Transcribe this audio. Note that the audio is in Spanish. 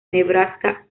nebraska